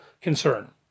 concern